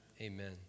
Amen